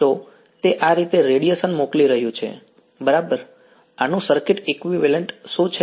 તો તે આ રીતે રેડિયેશન મોકલી રહ્યું છે બરાબર આનું સર્કિટ ઈક્વીવેલન્ટ શું છે